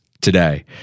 today